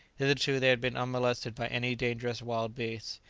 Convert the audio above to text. hitherto they had been unmolested by any dangerous wild beasts.